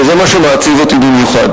וזה מה שמעציב אותי במיוחד.